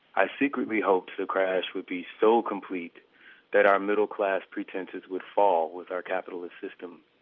i secretly hoped the crash would be so complete that our middle-class pretenses would fall with our capitalist system.